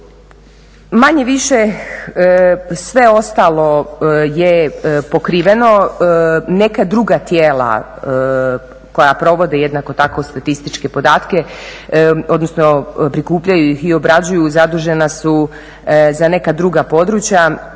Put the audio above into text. Manje-više sve ostalo je pokriveno, neka druga tijela koja provode jednako tako statističke podatke, odnosno prikupljaju ih i obrađuju, zadužena su za neka druga područja